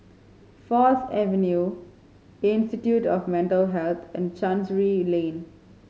Fourth Avenue Institute of Mental Health and Chancery Lane